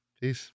Peace